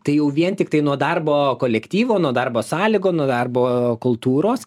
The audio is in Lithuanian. tai jau vien tiktai nuo darbo kolektyvo nuo darbo sąlygų nuo darbo kultūros